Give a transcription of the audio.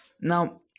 now